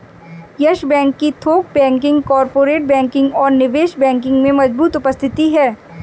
yes bank की थोक banking, corporate banking और निवेश बैंकिंग में मजबूत उपस्थिति है